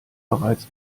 bereits